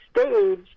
stage